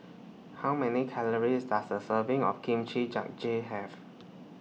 How Many Calories Does A Serving of Kimchi Jjigae Have